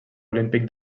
olímpic